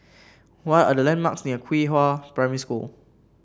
what are the landmarks near Qihua Primary School